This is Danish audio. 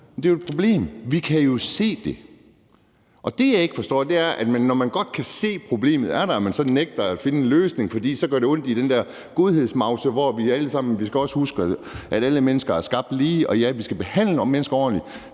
havde det problem. Vi kan jo se det. Og det, jeg ikke forstår, er, at man, når man godt kan se, at problemet er der, så nægter at finde en løsning, fordi det så gør ondt i den der godhedsmavse, altså det med, at vi alle sammen skal huske, at alle mennesker er skabt lige. Ja, vi skal behandle mennesker ordentligt,